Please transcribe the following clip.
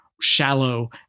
shallow